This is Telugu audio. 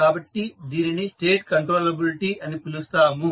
కాబట్టి దీనిని స్టేట్ కంట్రోలబిలిటీ అని పిలుస్తాము